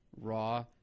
raw